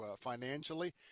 financially